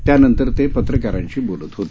त्यानंतर ते पत्रकारांशी बोलत होते